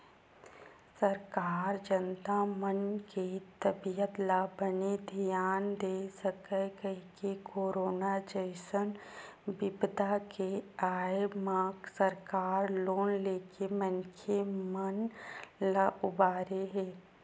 सरकार जनता मन के तबीयत ल बने धियान दे सकय कहिके करोनो जइसन बिपदा के आय म सरकार लोन लेके मनखे मन ल उबारे हे